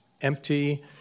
empty